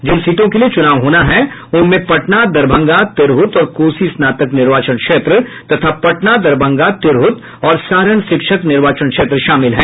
जिन सीटों के लिए चुनाव होना है उनमें पटना दरभंगा तिरहुत और कोसी स्नातक निर्वाचन क्षेत्र तथा पटना दरभंगा तिरहुत और सारण शिक्षक निर्वाचन क्षेत्र शामिल हैं